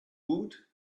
woot